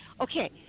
Okay